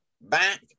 back